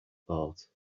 thought